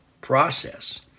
process